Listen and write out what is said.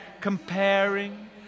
comparing